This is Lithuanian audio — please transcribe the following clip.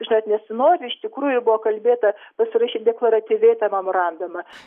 žinot nesinori iš tikrųjų buvo kalbėta pasirašyt deklaratyviai tą memorandumą